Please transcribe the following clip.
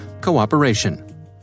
cooperation